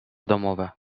domowe